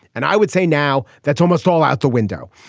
and i would say now that's almost all out the window.